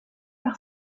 par